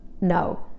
No